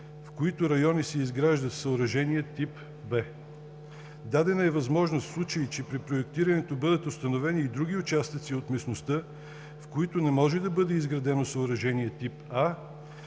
в които райони се изгражда съоръжение тип „Б“. Дадена е възможност в случаи, че при проектирането да бъдат установени и други участъци от местността, в които не може да бъде изградено съоръжение тип „А“,